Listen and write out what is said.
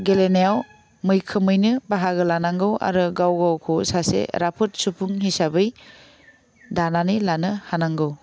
गेलेनायाव मैखोमैनो बाहागो लानांगौ आरो गाव गावखौ सासे रोफोद सुबुं हिसाबै दानानै लानो हानांगौ